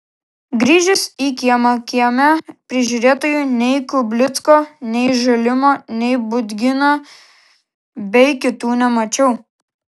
grįžęs į kiemą kieme prižiūrėtojų nei kublicko nei žalimo nei budgino bei kitų nemačiau